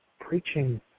preaching